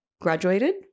graduated